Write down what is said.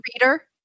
reader